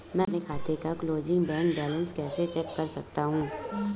मैं अपने खाते का क्लोजिंग बैंक बैलेंस कैसे चेक कर सकता हूँ?